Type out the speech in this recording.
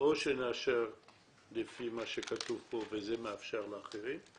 או שנאשר לפי מה שכתוב פה וזה מאפשר לאחרים,